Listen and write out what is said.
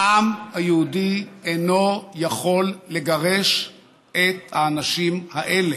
העם היהודי אינו יכול לגרש את האנשים האלה.